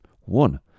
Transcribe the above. one